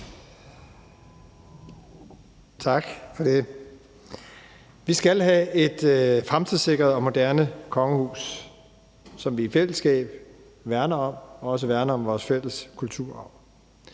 Tak for det. Vi skal have et fremtidssikret og moderne kongehus, som vi i fællesskab værner om, og som også værner om vores fælles kulturarv.